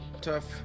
Tough